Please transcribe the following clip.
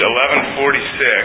1146